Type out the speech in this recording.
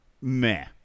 meh